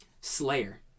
Slayer